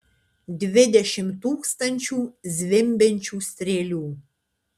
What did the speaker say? dvidešimt tūkstančių zvimbiančių strėlių